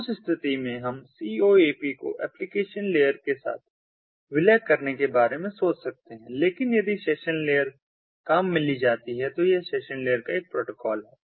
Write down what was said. तो उस स्थिति में हम CoAP को एप्लीकेशन लेयर के साथ विलय करने के बारे में सोच सकते हैं लेकिन यदि सेशन लेयर काम में ली जाती है तो यह सेशन लेयर का एक प्रोटोकॉल है